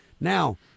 Now